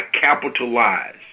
capitalize